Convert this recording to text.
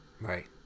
Right